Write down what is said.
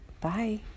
Bye